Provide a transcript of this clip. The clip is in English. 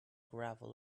gravel